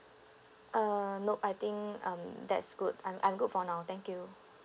uh nop I think um that's good I'm I'm good for now thank you